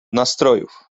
nastrojów